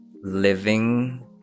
living